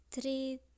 three